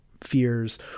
fears